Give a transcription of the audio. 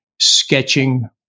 sketching